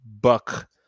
Buck